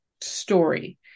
story